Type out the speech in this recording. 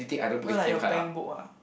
not like your bankbook ah